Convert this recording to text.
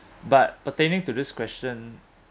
but pertaining to this question